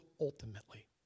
ultimately